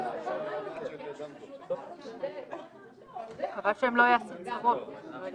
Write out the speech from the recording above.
למעט